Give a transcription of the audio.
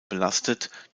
belastet